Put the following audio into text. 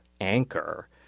anchor